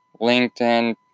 LinkedIn